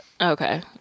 okay